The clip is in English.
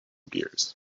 gears